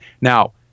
now